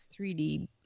3D